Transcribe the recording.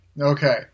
Okay